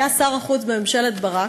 שהיה שר החוץ בממשלת ברק,